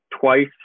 twice